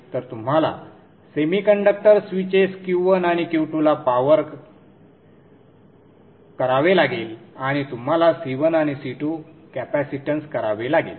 तर तुम्हाला semiconductor switches Q1 आणि Q2 ला पावर करावे लागेल आणि तुम्हाला C1 आणि C2 कॅपेसिटन्स करावे लागेल